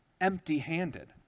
empty-handed